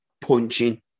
punching